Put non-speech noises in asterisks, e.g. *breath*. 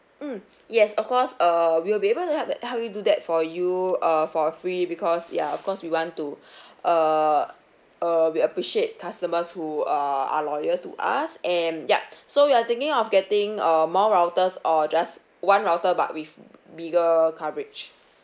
mm yes of course err we will be to hel~ help you do that for you err for free because ya of course we want to *breath* err err we appreciate customers who err are loyal to us and ya so you are thinking of getting err more routers or just one router but with bigger coverage